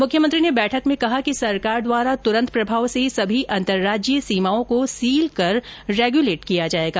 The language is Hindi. मुख्यमंत्री ने बैठक में कहा कि सरकार द्वारा तुरंत प्रभाव से सभी अन्तरराज्यीय सीमाओं को सील कर रेगुलेट किया जाएगा